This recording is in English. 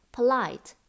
POLITE